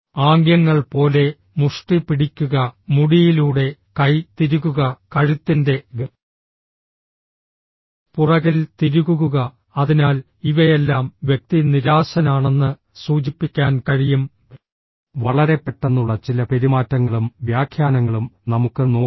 ആംഗ്യങ്ങൾ പോലെ മുഷ്ടി പിടിക്കുക മുടിയിലൂടെ കൈ തിരുകുക കഴുത്തിന്റെ പുറകിൽ തിരുകുകുക അതിനാൽ ഇവയെല്ലാം വ്യക്തി നിരാശനാണെന്ന് സൂചിപ്പിക്കാൻ കഴിയും വളരെ പെട്ടെന്നുള്ള ചില പെരുമാറ്റങ്ങളും വ്യാഖ്യാനങ്ങളും നമുക്ക് നോക്കാം